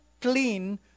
clean